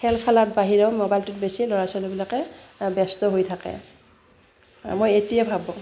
খেল খেলাৰ বাহিৰেও মোবাইলটোত বেছি ল'ৰা ছোৱালীবিলাকে ব্যস্ত হৈ থাকে মই এইটোৱে ভাবোঁ